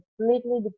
completely